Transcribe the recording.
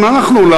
גם אנחנו,